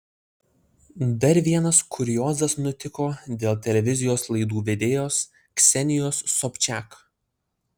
dar vienas kuriozas nutiko dėl televizijos laidų vedėjos ksenijos sobčiak